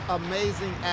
amazing